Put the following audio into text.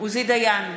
עוזי דיין,